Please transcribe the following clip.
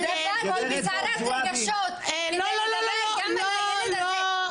אני בסערת רגשות גם לגבי הילד הזה,